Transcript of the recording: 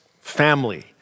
family